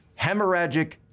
Hemorrhagic